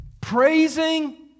praising